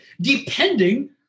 depending